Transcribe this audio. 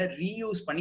reuse